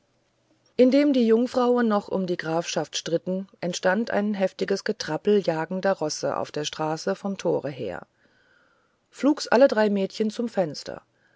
indem die jungfrauen noch um die grafschaft stritten entstand ein heftiges getrappel jagender rosse auf der straße vom tore her flugs alle drei mädchen zum fenster